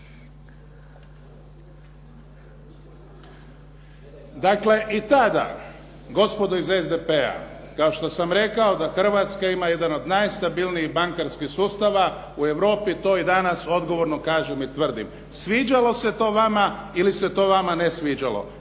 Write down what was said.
dakle i tada, gospodo iz SDP-a, kao što sam rekao da Hrvatska ima jedan od najstabilnijih bankarskih sustava u Europi, to i danas odgovorno kažem i tvrdim, sviđalo se to vama ili se to vama ne sviđalo.